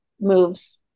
moves